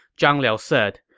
zhang liao said,